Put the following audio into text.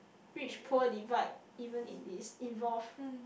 which poor divide even in it involve